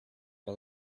her